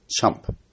chump